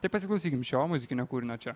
tai pasiklausykim šio muzikinio kūrinio čia